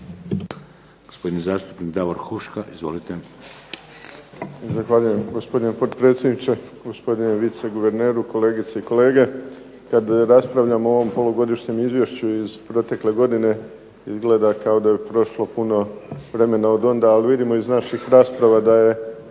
Gospodin zastupnik Davor Huška. Izvolite.